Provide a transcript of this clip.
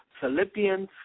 Philippians